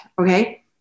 okay